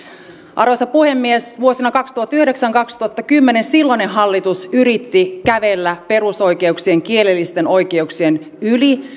arvoisa puhemies vuosina kaksituhattayhdeksän viiva kaksituhattakymmenen silloinen hallitus yritti kävellä perusoikeuksien kielellisten oikeuksien yli